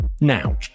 now